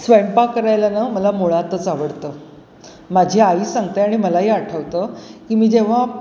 स्वयंपाक करायला नं मला मुळातच आवडतं माझी आई सांगते आणि मलाही आठवतं की मी जेव्हा